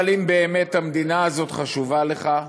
אבל אם באמת המדינה הזאת חשובה לך,